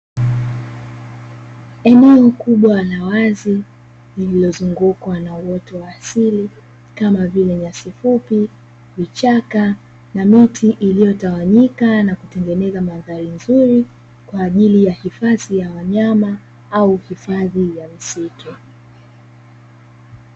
Eneo kubwa la wazi lililozungukwa na uoto wa asili kama vile miti, vichaka na miti iliyotawanyika na kutengeneza mandhari nzuri kwa ajili ya hifadhi ya wanyama au hifadhi ya misitu.